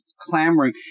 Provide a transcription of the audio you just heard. clamoring